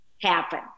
happen